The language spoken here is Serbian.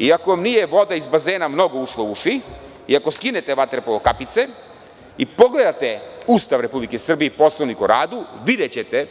Iako vam nije voda iz bazena mnogo ušla u uši i ako skinete vaterpolo kapice i pogledate Ustav Republike Srbije i Poslovnik o radu, videćete